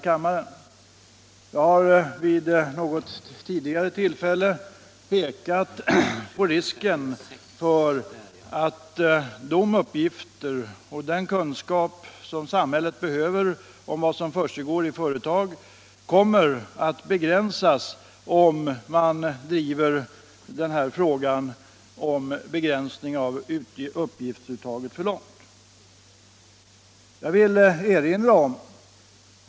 Jag har vid något tidigare tillfälle visat på den risk det medför för den kunskap som samhället behöver om vad som försiggår i företagen, om man driver frågan om en begränsning av uppgiftsuttaget alltför långt.